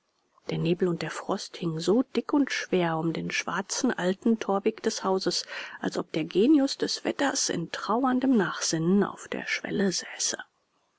der nebel und der frost hing so dick und schwer um den schwarzen alten thorweg des hauses als ob der genius des wetters in trauerndem nachsinnen auf der schwelle säße